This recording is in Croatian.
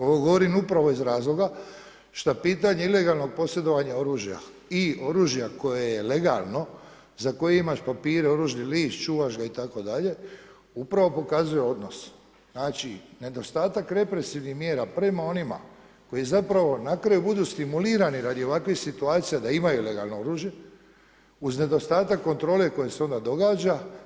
Ovo govorim upravo iz razloga šta pitanje ilegalnog posjedovanja oružja i oružja koje je legalno za koje imaš papire, oružni list, čuvaš ga itd. upravo pokazuje odnos, znači, nedostatak represivnih mjera prema onima koji zapravo na kraju budu stimulirani radi ovakvih situacija da imaju legalno oružje uz nedostatak kontrole koja se onda događa.